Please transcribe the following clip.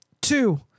Two